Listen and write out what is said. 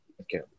Okay